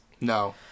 No